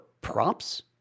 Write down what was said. props